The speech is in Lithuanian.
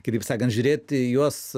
kitaip sakant žiūrėti į juos